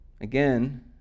Again